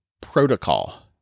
protocol